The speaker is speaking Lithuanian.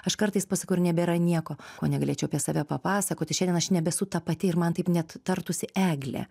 aš kartais pasakau ir nebėra nieko ko negalėčiau apie save papasakoti šiandien aš nebesu ta pati ir man taip net tartųsi eglė